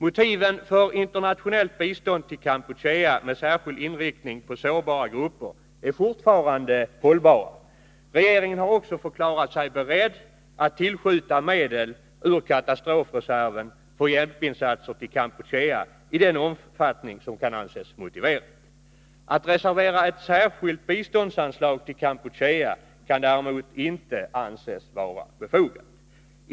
Motiven för internationellt bistånd till Kampuchea med särskild inriktning på sårbara grupper är fortfarande hållbara. Regeringen har också förklarat sig beredd att tillskjuta medel ur katastrofreserven för hjälpinsatser till Kampuchea i den omfattning som kan anses motiverad. Att bevilja ett särskilt biståndsanslag till Kampuchea kan däremot inte anses befogat.